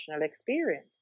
experience